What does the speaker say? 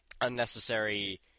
unnecessary